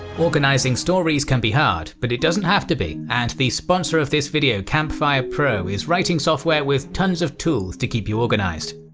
organizing stories can be hard, but it doesn't have to be and the sponsor of this video campfire pro is a writing software with tons of tools to keep you organized.